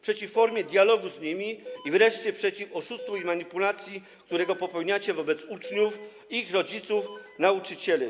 przeciw formie dialogu z nimi i wreszcie przeciw oszustwu i manipulacji, jakich się dopuszczacie wobec uczniów, ich rodziców, nauczycieli.